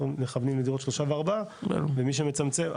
אנחנו מכוונים לדירות שלושה וארבעה ואם אפשר לצמצם,